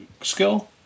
skill